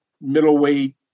middleweight